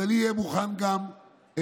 אז אני אהיה מוכן גם לשקול